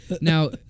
Now